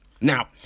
Now